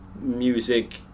music